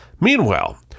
Meanwhile